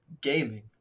gaming